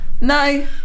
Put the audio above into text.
No